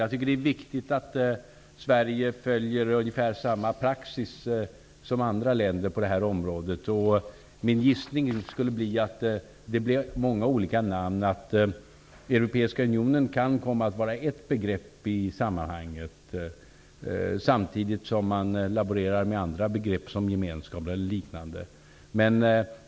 Jag tycker att det är viktigt att Sverige följer ungefär samma praxis som andra länder på området. Min gissning är att det kommer att finnas många olika namn. Europeiska unionen kan komma att vara ett begrepp i sammanhanget, samtidigt som man laborerar med andra begrepp som gemenskap eller liknande.